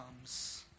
comes